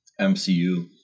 MCU